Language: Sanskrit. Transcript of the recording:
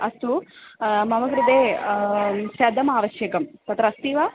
अस्तु मम कृते शतम् आवश्यकं तत् अस्ति वा